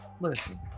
Listen